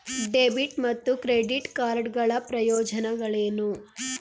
Debit ಮತ್ತು credit card ಗಳ ಪ್ರಯೋಜನಗಳೇನು?